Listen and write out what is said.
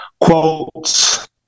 quotes